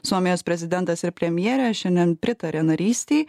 suomijos prezidentas ir premjerė šiandien pritarė narystei